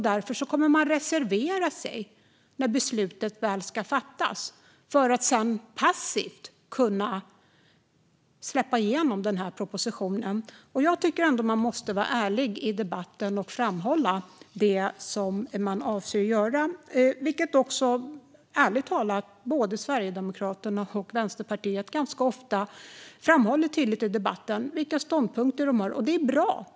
Därför kommer man att reservera sig när beslutet väl ska fattas för att passivt kunna släppa igenom propositionen. Jag tycker att man måste vara ärlig i debatten och framhålla det som man avser att göra. Ärligt talat framhåller både Sverigedemokraterna och Vänsterpartiet ganska ofta tydligt i debatten vilka ståndpunkter de har, och det är bra.